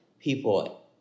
people